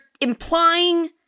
implying